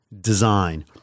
design